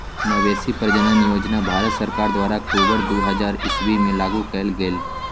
मवेशी प्रजजन योजना भारत सरकार द्वारा अक्टूबर दू हज़ार ईश्वी में लागू कएल गेल